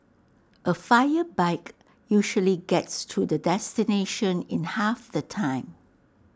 A fire bike usually gets to the destination in half the time